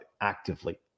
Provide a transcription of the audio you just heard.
actively